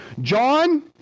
john